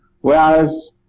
whereas